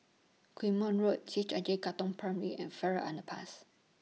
Quemoy Road C H I J Katong Primary and Farrer Underpass